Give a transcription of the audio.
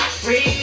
free